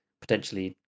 potentially